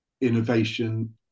innovation